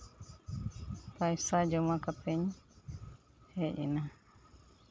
ᱯᱚᱭᱥᱟ ᱡᱚᱢᱟ ᱠᱟᱛᱤᱧ ᱦᱮᱡ ᱮᱱᱟ